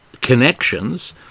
connections